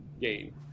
gain